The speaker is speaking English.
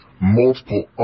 multiple